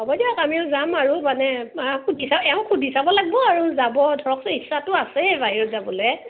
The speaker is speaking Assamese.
হ'ব দিয়ক আমিও যাম আৰু মানে সুধি চাব এওঁক সুধি চাব লাগিব আৰু যাব ধৰক ইচ্ছাটো আছে বাহিৰত যাবলৈ